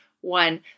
one